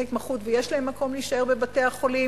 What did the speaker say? ההתמחות ויש להם מקום להישאר בו בבתי-החולים,